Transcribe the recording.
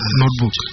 notebook